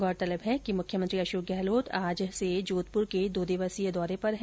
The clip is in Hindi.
गौरतलब है कि मुख्यमंत्री अशोक गहलोत आज जोधपुर के दो दिवसीय दौरे पर है